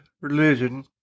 religion